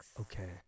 Okay